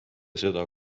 seda